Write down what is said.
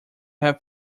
have